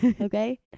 Okay